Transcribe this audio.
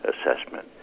assessment